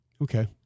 Okay